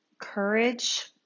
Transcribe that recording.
Courage